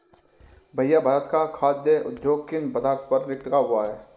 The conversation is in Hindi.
भैया भारत का खाघ उद्योग किन पदार्थ पर टिका हुआ है?